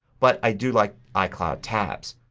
but i do like icloud tabs.